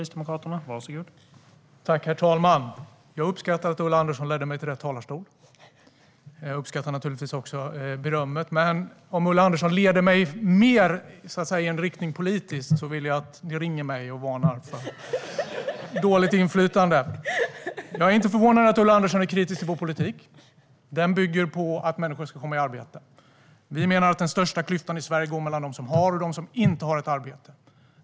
Herr talman! Jag uppskattar att Ulla Andersson ledde mig till rätt talarstol. Jag uppskattar naturligtvis också berömmet. Men om Ulla Andersson leder mig mer i en politisk riktning vill jag att ni ringer mig och varnar för dåligt inflytande. Jag är inte förvånad över att Ulla Andersson är kritisk till vår politik. Den bygger på att människor ska komma i arbete. Vi menar att den största klyftan i Sverige går mellan dem som har och dem som inte har ett arbete.